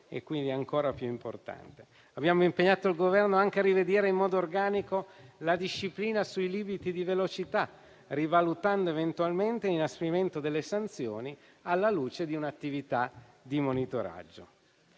e, quindi, è ancora più importante. Abbiamo impegnato il Governo anche a rivedere in modo organico la disciplina sui limiti di velocità, rivalutando eventualmente l'inasprimento delle sanzioni alla luce di un'attività di monitoraggio.